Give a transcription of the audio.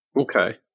Okay